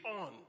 on